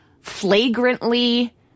flagrantly